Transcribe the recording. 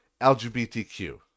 LGBTQ